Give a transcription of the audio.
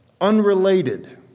unrelated